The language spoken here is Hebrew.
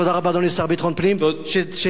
תודה רבה לאדוני, השר לביטחון הפנים, תודה.